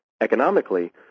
economically